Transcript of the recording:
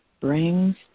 brings